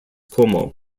cuomo